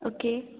okay